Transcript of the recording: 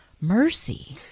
mercy